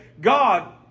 God